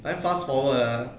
then fast forward ah